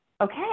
okay